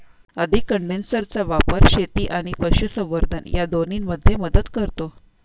अधिक कंडेन्सरचा वापर शेती आणि पशुसंवर्धन या दोन्हींमध्ये मदत करतो